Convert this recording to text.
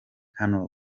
hano